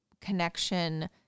connection